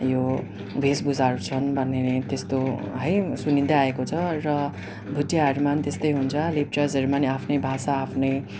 यो वेशभुषाहरू छन् भन्ने त्यस्तो है सुनिँदै आएको छ र भोटियाहरूमा पनि त्यस्तै हुन्छ लेप्चाजहरूमा पनि आफ्नै भाषा आफ्नै